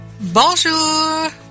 Bonjour